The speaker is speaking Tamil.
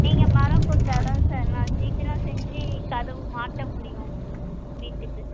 நீங்கள் மரம் கொடுத்தாதான் சார் நான் சீக்கிரம் செஞ்சு கதவு மாட்ட முடியும் வீட்டுக்கு